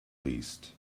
least